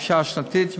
חופשה שנתית,